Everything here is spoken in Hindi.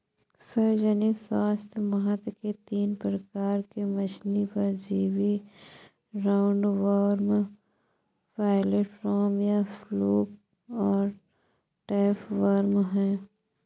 सार्वजनिक स्वास्थ्य महत्व के तीन प्रकार के मछली परजीवी राउंडवॉर्म, फ्लैटवर्म या फ्लूक और टैपवार्म है